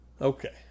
Okay